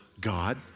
God